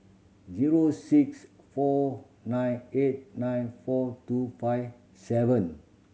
zero six four nine eight nine four two five seven